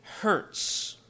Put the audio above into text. hurts